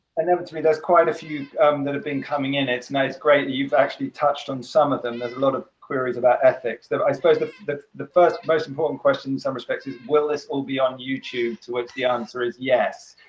i know. but to me there's quite a few um that have been coming in. it's nice. great that you've actually touched on some of them. there's a lot of queries about ethics. i suppose that's the the first most important question in some respects is will this all be on youtube too? what's the answer is yes,